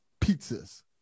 pizzas